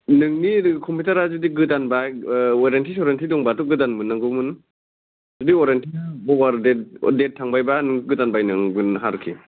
नोंनि कम्पिउटारा जुदि गोदानबा ओह वारेन्टि सरेन्टि दंबाथ' गोदान मोननांगौमोन जुदि वारेन्टिआ अभार देट थांबायबा गोदान बायनांगोन आरोखि